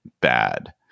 bad